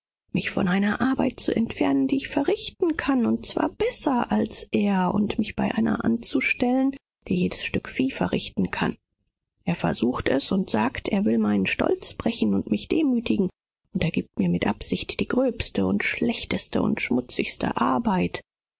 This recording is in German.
mich von geschäften wegzunehmen die ich verrichten kann und besser verrichten kann als er um mich zu arbeiten anzustellen die nur für ein pferd geeignet sind er versucht es er sagt er will mich niederdrücken er will mich demüthigen und giebt mir deshalb absichtlich die schwerste niedrigste und schmutzigste arbeit